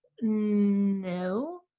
no